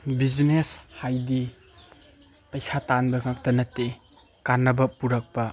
business ꯍꯥꯏꯗꯤ ꯄꯩꯁꯥ ꯇꯥꯟꯕ ꯈꯛꯇ ꯅꯠꯇꯦ ꯀꯥꯟꯅꯕ ꯄꯨꯔꯛꯄ